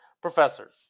Professor